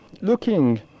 looking